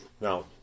Now